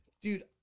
dude